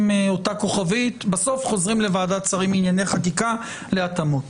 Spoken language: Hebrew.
אותה כוכבית בסוף חוזרים לוועדת שרים לענייני חקיקה להתאמות.